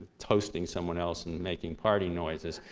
toasting someone else and making party noises.